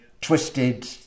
twisted